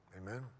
Amen